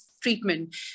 treatment